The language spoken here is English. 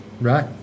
Right